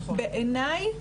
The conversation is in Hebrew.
בעיניי,